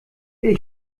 bin